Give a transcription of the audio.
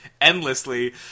endlessly